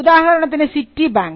ഉദാഹരണത്തിന് city bank